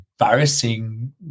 embarrassing